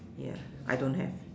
ya I don't have